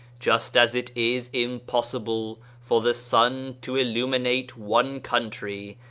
just as it is im possible for the sun to illuminate one country,